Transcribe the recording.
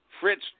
Fritz